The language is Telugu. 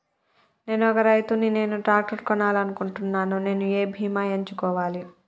నేను ఒక రైతు ని నేను ట్రాక్టర్ కొనాలి అనుకుంటున్నాను నేను ఏ బీమా ఎంచుకోవాలి?